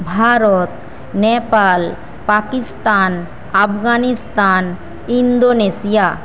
Bharat Nepal Pakistan Afghanistan Indonesia